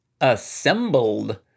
Assembled